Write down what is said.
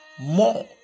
More